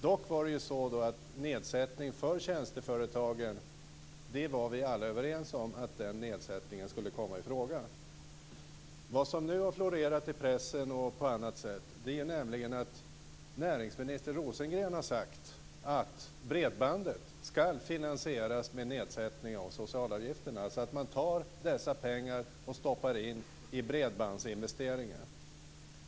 Dock var vi alla överens om att nedsättning för tjänsteföretagen skulle komma i fråga. Vad som nu har florerat i pressen och på annat sätt är att näringsminister Rosengren har sagt att bredbandet ska finansieras med en nedsättning av socialavgifterna. Man tar dessa pengar och stoppar in i bredbandsinvesteringen.